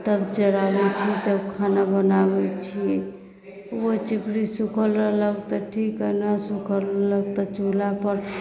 तब चढ़ाबैत छी तब खाना बनाबैत छी ओहो चिपड़ी सुखल रहलै तऽ ठीक हइ नहि सुखल रहलै तऽ चूल्हा पर